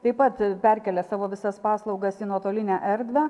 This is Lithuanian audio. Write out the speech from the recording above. taip pat perkelia savo visas paslaugas į nuotolinę erdvę